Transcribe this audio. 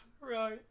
Right